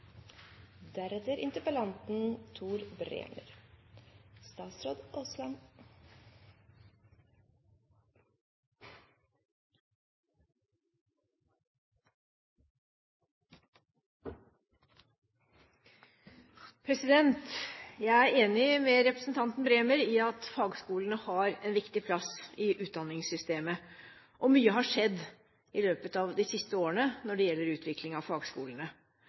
enig med representanten Bremer i at fagskolene har en viktig plass i utdanningssystemet. Og mye har skjedd i løpet av de siste årene når det gjelder utvikling av fagskolene.